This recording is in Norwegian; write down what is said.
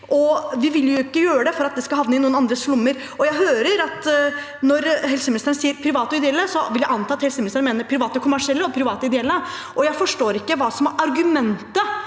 vi vil ikke gjøre det for at pengene skal havne i noen andres lommer. Når jeg hører helseministeren sier private og ideelle, vil jeg anta at helseministeren mener private kommersielle og private ideelle. Jeg forstår ikke hva som er argumentet